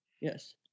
Yes